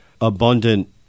abundant